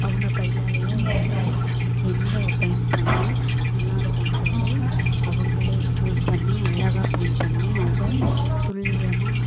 அவங்க கையாலேயே வரைஞ்சி அதுக்கு எந்த பெயிண்ட் பண்ணால் நல்லாயிருக்குன்னு சொல்லி அவங்களே ச்சூஸ் பண்ணி அழகாக பெயிண்ட் பண்ணி அதை துல்லியமாக